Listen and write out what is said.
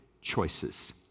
choices